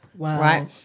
Right